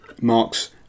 Marks